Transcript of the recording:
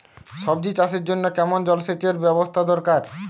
সবজি চাষের জন্য কেমন জলসেচের ব্যাবস্থা দরকার?